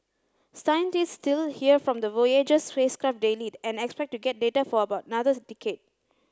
scientists still hear from the voyager spacecraft daily and expect to get data for about another decade